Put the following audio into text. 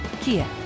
Kia